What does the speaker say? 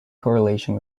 correlation